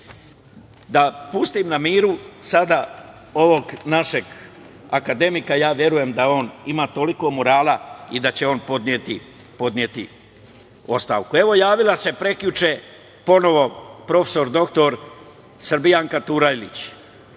pustim na miru sada ovog našeg akademika, ja verujem da on ima toliko morala i da će on podneti ostavku. Javila se prekjuče ponovo prof. dr Srbijanka Turajlić.